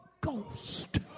Ghost